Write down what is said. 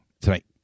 tonight